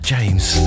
James